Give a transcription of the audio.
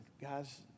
guys